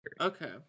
Okay